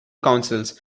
councils